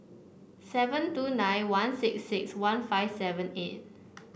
seven two nine one six six one five seven eight